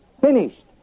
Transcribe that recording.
finished